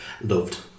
Loved